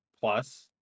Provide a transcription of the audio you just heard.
plus